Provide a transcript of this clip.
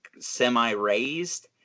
semi-raised